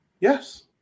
Yes